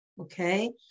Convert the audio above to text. Okay